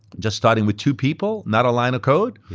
just starting with two people, not a line of code,